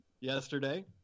yesterday